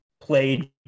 played